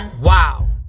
Wow